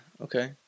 Okay